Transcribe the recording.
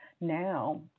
now